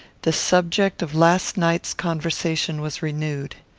the subject of last night's conversation was renewed.